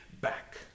back